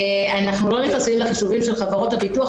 אנחנו לא נכנסים לחיישובים של חברות הביטוח,